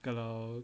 kalau